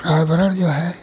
प्रयावरण जो है